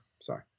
sorry